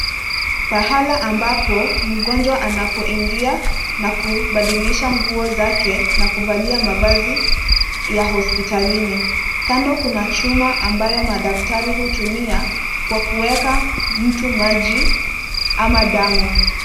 Pahala ambapo mgonjwa anapoingia na kubadilisha nguo zake na kuvalia mavazi ya hospitalini. Kando kuna chuma ambayo madkatari hutumia kwa kuweka mtu maji ama damu.